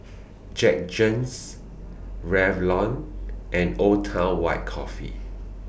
Jergens Revlon and Old Town White Coffee